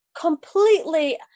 completely